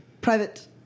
private